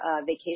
vacation